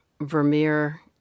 Vermeer